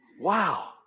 wow